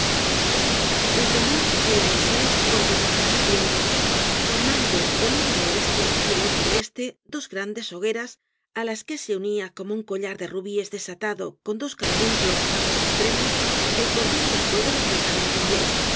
inglés hougomont y la haie sainte continuaban ardiendo formando el uno al oeste y el otro al este dos grandes hogueras á las que se unia como un collar de rubíes desatado con dos carbunclos á sus estremos el cordon de fuego del campamento inglés